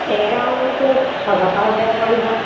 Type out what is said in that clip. around ଛଅ ସାତ ହଜାର ପଡ଼ିବ